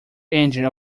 engine